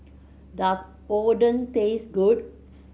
does Oden taste good